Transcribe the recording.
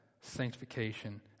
sanctification